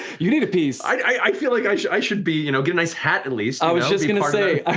you need a piece. i feel like i should i should be, you know get a nice hat at least. i was just gonna say, i